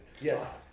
yes